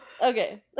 Okay